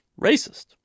racist